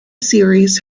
series